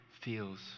feels